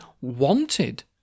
wanted